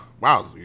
Wow